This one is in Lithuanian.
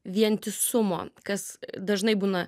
vientisumo kas dažnai būna